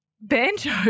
Banjo